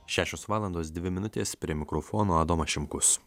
šešios valandos dvi minutės prie mikrofono adomas šimkus